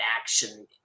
action